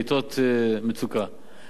לעתות מצוקה,